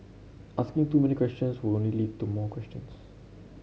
asking too many questions would only lead to more questions